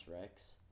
Rex